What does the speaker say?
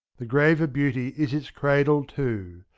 the grave of beauty is its cradle too.